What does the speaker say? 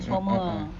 ah ah ah